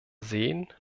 sehen